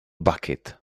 bucket